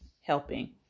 helping